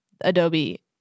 Adobe